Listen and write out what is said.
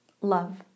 Love